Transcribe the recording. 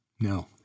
No